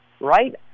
right